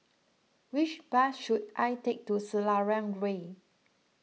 which bus should I take to Selarang Way